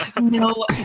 No